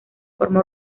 forma